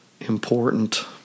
important